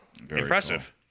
Impressive